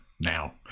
now